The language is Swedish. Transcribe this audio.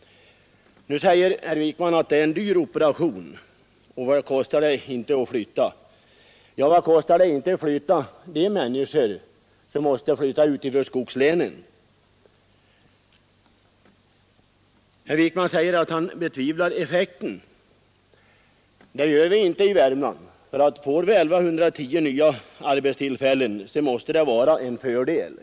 Nu menar herr Wijkman att det blir en dyr operation — vad kostar det inte att flytta? Ja, vad kostar det inte att flytta de människor som måste lämna skogslänen i brist på arbete? Herr Wijkman säger att han betvivlar effekten av utlokaliseringen. Det gör vi inte i Värmland, för får vi I 110 nya arbetstillfällen måste det vara en fördel.